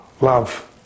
love